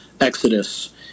Exodus